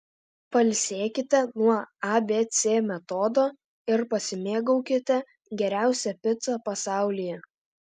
pailsėkite nuo abc metodo ir pasimėgaukite geriausia pica pasaulyje